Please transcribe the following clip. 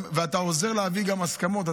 ואתה גם עוזר להביא גם הסכמות.